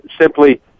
simply